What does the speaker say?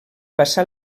passar